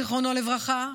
זיכרונו לברכה,